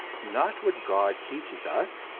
not what god teaches us,